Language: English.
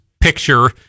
picture